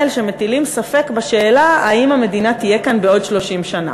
שמטילים ספק בשאלה אם המדינה תהיה כאן בעוד 30 שנה.